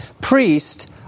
priest